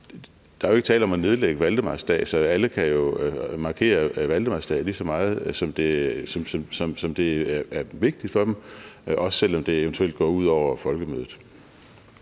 Der er jo ikke tale om at nedlægge valdemarsdag, så alle kan jo markere valdemarsdag lige så meget, som det er vigtigt for dem, også selv om det eventuelt går ud over Folkemødet.